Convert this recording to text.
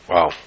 Wow